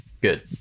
Good